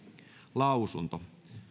lausunto